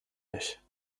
nicht